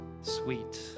sweet